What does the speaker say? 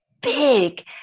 big